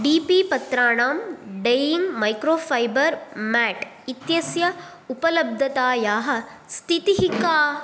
D P पत्राणां dyeing microfiber mat इत्यस्य उपलब्धतायाः स्थितिः का